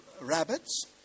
rabbits